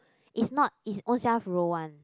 is not is ownself roll one